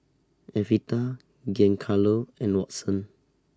Evita Giancarlo and Watson